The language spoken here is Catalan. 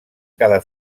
cada